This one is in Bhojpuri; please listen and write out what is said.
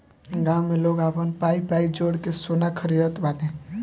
गांव में लोग आपन पाई पाई जोड़ के सोना खरीदत बाने